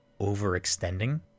overextending